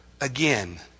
again